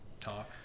talk